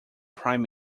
prime